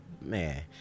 man